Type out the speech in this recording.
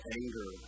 anger